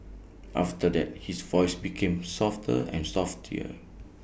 after that his voice became softer and